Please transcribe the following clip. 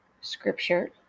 scripture